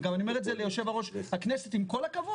ואני אומר את זה גם ליושב-ראש הכנסת, עם כל הכבוד.